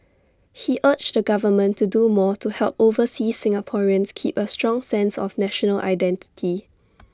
he urged the government to do more to help overseas Singaporeans keep A strong sense of national identity